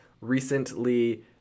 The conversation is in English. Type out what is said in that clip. Recently